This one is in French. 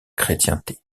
chrétienté